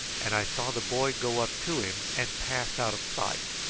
and i saw the boy go up to him and pass out of sight.